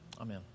Amen